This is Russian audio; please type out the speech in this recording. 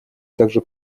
также